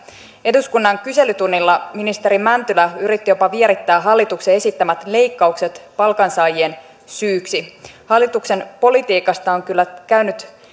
eduskunnan kyselytunnilla ministeri mäntylä yritti jopa vierittää hallituksen esittämät leikkaukset palkansaajien syyksi hallituksen politiikasta on kyllä käynyt